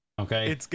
Okay